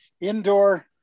indoor